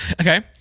Okay